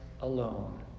alone